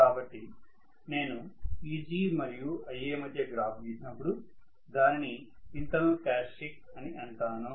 కాబట్టి నేను Eg మరియు Ia మధ్య గ్రాఫ్ గీసినపుడు దానిని ఇంటర్నల్ క్యారక్టర్య్స్టిక్స్ అని అంటాను